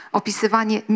opisywanie